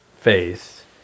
faith